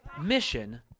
Mission